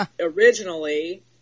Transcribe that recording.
originally